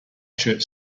shirt